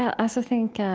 yeah also think